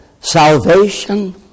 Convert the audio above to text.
Salvation